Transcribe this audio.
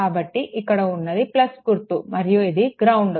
కాబట్టి ఇక్కడ ఉన్నది గుర్తు మరియు ఇది గ్రౌండ్